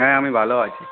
হ্যাঁ আমি ভালো আছি